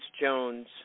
Jones